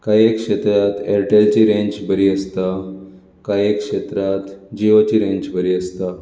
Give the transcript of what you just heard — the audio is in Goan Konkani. कांय एक क्षेत्रांत एरटेलची रेंज बरी आसता कांय एक क्षेत्रांत जियोची रेंज बरी आसता